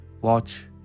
Watch